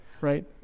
right